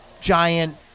giant